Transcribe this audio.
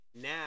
Now